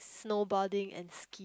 snowboarding and ski